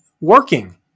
working